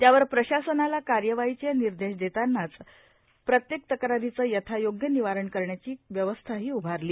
त्यावर प्रशासनाला कार्यवाहीचे निर्देश देतानाच प्रत्येक तक्रारीचे यथायोग्य निवारण करण्याची व्यवस्थाही उभारली